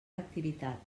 activitat